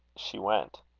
she went.